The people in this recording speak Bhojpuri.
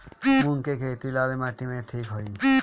मूंग के खेती लाल माटी मे ठिक होई?